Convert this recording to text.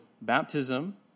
baptism